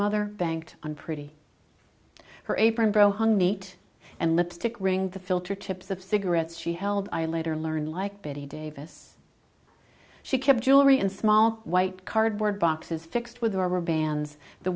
mother banked on pretty her apron bro hung neat and lipstick ring the filter tips of cigarettes she held i later learned like bette davis she kept jewelry in small white cardboard boxes fixed with the arbor bands the